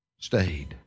stayed